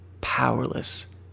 powerless